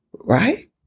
Right